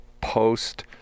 Post